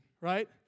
right